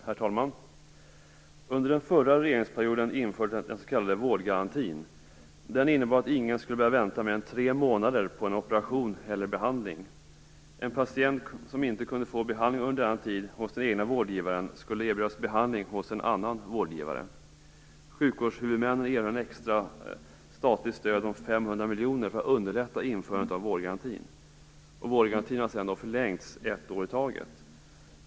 Herr talman! Under den förra regeringsperioden infördes den s.k. vårdgarantin. Den innebar att ingen skulle behöva vänta mer än tre månader på en operation eller en behandling. En patient som inte kunde få behandling under denna tid hos den egna vårdgivaren skulle erbjudas behandling hos en annan vårdgivare. Sjukvårdshuvudmännen erhöll ett extra statligt stöd om 500 miljoner för att man skulle underlätta införandet av vårdgarantin. Vårdgarantin har sedan förlängts ett år i taget.